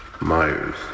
Myers